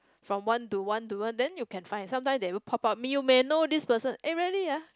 from one to one to one then you can find sometime they would pop up you may know this person eh really ah